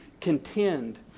contend